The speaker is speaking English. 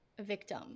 victim